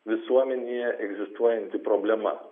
visuomenėje egzistuojanti problema